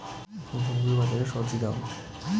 ধূপগুড়ি বাজারের স্বজি দাম?